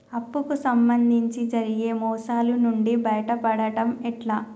అప్పు కు సంబంధించి జరిగే మోసాలు నుండి బయటపడడం ఎట్లా?